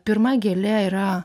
pirma gėlė yra